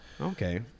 Okay